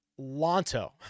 Lonto